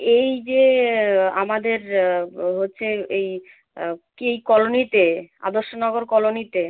এই যে আমাদের হচ্ছে এই কী এই কলোনিতে আদর্শনগর কলোনিতে